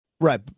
Right